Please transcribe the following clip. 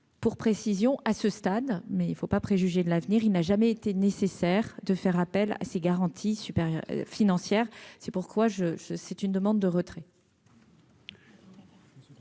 pour précision à ce stade, mais il ne faut pas préjuger de l'avenir, il n'a jamais été nécessaire de faire appel à ces garanties supérieures financière c'est pourquoi je, je, c'est une demande de retrait.